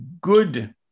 good